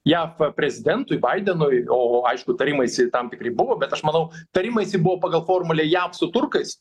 jav prezidentui baidenui o aišku tarimaisi tam tikri buvo bet aš manau tarimaisi buvo pagal formulę jav su turkais